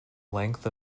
length